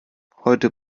heute